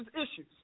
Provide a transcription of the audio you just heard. issues